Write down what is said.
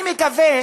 אני מקווה